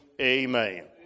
amen